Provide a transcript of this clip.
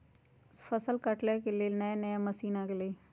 फसल काटे के लेल नया नया मशीन आ गेलई ह